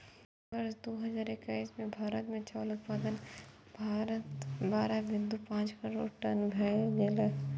वर्ष दू हजार एक्कैस मे भारत मे चावल उत्पादन बारह बिंदु पांच करोड़ टन भए गेलै